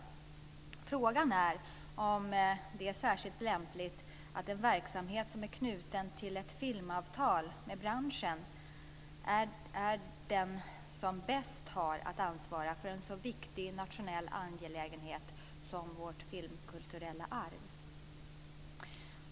Frågan är om det är särskilt lämpligt att en verksamhet som är knuten till ett filmavtal med branschen är den som bäst har att ansvara för en så viktig nationell angelägenhet som vårt filmkulturella arv.